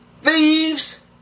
Thieves